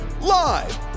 live